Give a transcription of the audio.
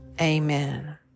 Amen